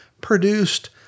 produced